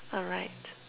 alright